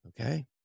Okay